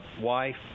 wife